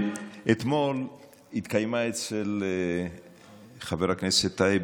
אתמול התקיימה אצל חבר הכנסת טייב,